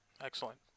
Excellent